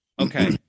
okay